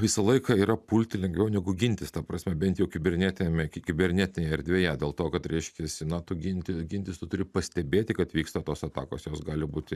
visą laiką yra pulti lengviau negu gintis ta prasme bent jau kibernetiniame kibernetinėje erdvėje dėl to kad reiškiasi na tu ginti gintis tu turi pastebėti kad vyksta tos atakos jos gali būti